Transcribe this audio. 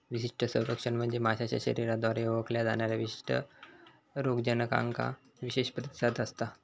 विशिष्ट संरक्षण म्हणजे माशाच्या शरीराद्वारे ओळखल्या जाणाऱ्या विशिष्ट रोगजनकांका विशेष प्रतिसाद असता